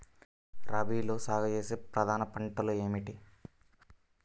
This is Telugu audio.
రబీలో సాగు చేసే ప్రధాన పంటలు ఏమిటి?